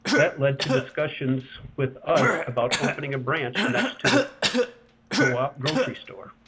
that led to discussions with us about opening a branch next to the co-op grocery store.